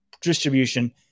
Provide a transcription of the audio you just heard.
distribution